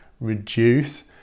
reduce